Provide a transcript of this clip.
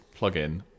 plugin